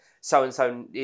so-and-so